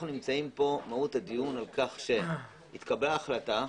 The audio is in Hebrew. מהות הדיון על כך שהתקבלה החלטה,